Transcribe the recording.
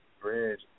bridge